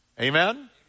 Amen